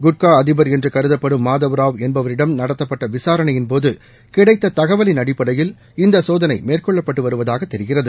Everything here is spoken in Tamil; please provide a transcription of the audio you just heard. குட்பா அதிபா் என்று கருதப்படும் மாதவராவ் என்பவரிடம் நடத்தப்பட்ட விசாரணையின் போது கிடைத்த தகவலின் அடிப்படையில் இந்த சோதனை மேற்கொள்ளப்பட்டு வருவதாக தெரிகிறது